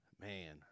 man